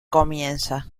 comienza